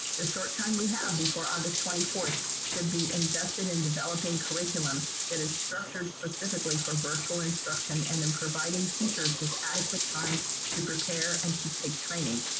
the short time we have before august twenty fourth should be invested in developing curriculum that is structured specifically for virtual instruction and in providing teachers with adequate time to prepare and to take training.